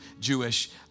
jewish